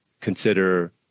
consider